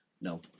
No